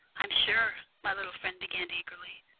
i'm sure my little friend began eagerly.